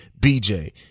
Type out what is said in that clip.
BJ